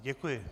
Děkuji.